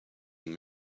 not